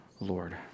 Lord